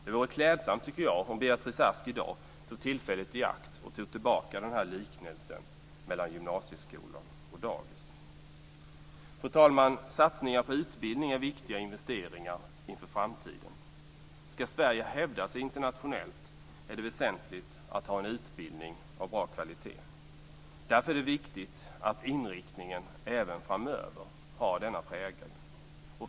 Det vore klädsamt om Beatrice Ask i dag tog tillfället i akt att ta tillbaka denna liknelse mellan gymnasieskolan och dagis. Fru talman! Satsningar på utbildning är viktiga investeringar inför framtiden. Om Sverige skall hävda sig internationellt är det väsentligt att man har en utbildning av bra kvalitet. Därför är det viktigt att inriktningen även framöver har denna prägel.